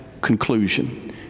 conclusion